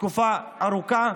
תקופה ארוכה,